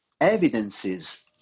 evidences